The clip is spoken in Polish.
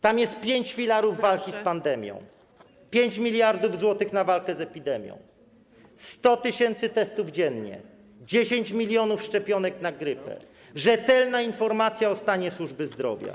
Tam jest zawartych pięć filarów walki z pandemią: 5 mld zł na walkę z epidemią, 100 tys. testów dziennie, 10 mln szczepionek na grypę, rzetelna informacja o stanie służby zdrowia.